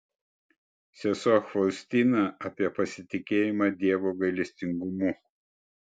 sesuo faustina apie pasitikėjimą dievo gailestingumu